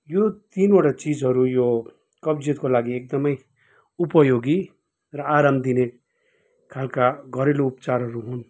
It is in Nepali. यो तिनवटा चिजहरू यो कब्जियतको लागि एकदमै उपयोगी र आराम दिने खालका घरेलु उपचारहरू हुन्